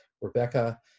rebecca